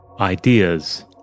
ideas